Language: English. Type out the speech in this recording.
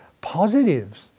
positives